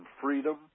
freedom